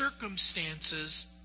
circumstances